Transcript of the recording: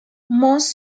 most